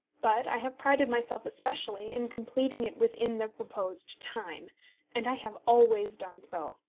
but i have prided myself especially in completing it within the proposed time and i have always done so.